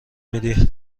میدی